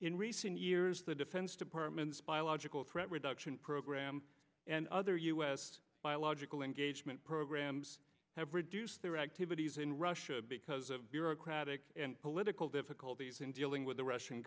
in recent years the defense department's biological threat reduction program and other u s biological engagement programs have reduced their activities in russia because of bureaucratic and political difficulties in dealing with the russian